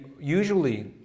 usually